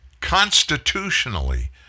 constitutionally